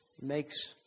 Makes